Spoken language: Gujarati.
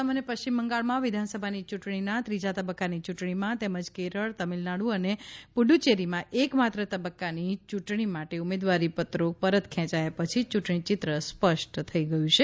આસામ અને પશ્ચિમ બંગાળમાં વિધાનસભાની ચૂંટણીના ત્રીજા તબક્કાની ચૂંટણીમાં તેમજ કેરળ તમિલનાડુ અને પુડુચ્ચેરીમાં એક માત્ર તબક્કાની ચૂંટણી માટે ઉમેદવારીપત્રો પરત ખેંચાયા પછી ચૂંટણી ચિત્ર સ્પષ્ટ થઈ ગયું છે